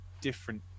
different